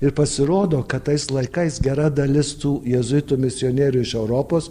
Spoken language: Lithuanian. ir pasirodo kad tais laikais gera dalis tų jėzuitų misionierių iš europos